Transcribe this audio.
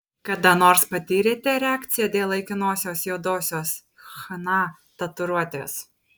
kada nors patyrėte reakciją dėl laikinosios juodosios chna tatuiruotės